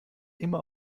immer